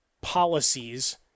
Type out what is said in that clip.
policies